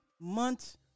months